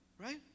Right